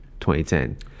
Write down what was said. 2010